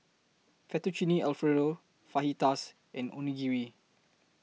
Fettuccine Alfredo Fajitas and Onigiri